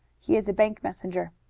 he is a bank messenger.